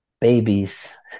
babies